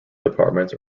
departments